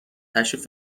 تشریف